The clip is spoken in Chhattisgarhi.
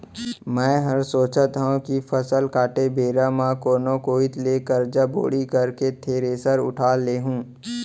मैं हर सोचत हँव कि फसल काटे बेरा म कोनो कोइत ले करजा बोड़ी करके थेरेसर उठा लेहूँ